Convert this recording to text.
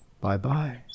Bye-bye